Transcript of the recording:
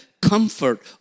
comfort